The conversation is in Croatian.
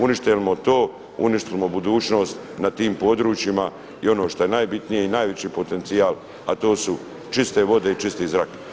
Uništinemo li to, uništavamo budućnost na tim područjima i ono što je najbitnije i najveći potencijal, a to su čiste vode i čisti zrak.